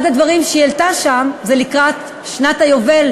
אחד הדברים שהיא העלתה שם לקראת שנת היובל